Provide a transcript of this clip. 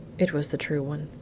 it was the true one.